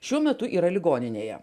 šiuo metu yra ligoninėje